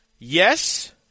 Yes